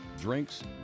drinks